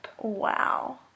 Wow